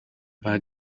baha